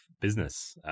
business